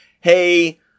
hey